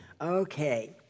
Okay